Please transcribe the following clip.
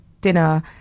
dinner